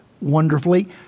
wonderfully